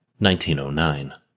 1909